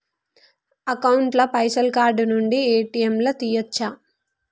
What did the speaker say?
Account ల పైసల్ card నుండి ఏ.టి.ఎమ్ లా తియ్యచ్చా?